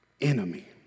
enemy